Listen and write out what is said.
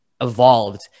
evolved